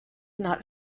not